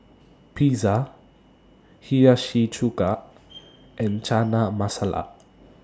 Pizza Hiyashi Chuka and Chana Masala